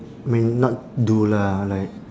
I mean not do lah like